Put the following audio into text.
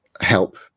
help